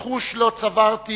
"רכוש לא צברתי",